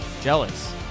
Jealous